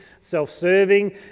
self-serving